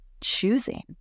choosing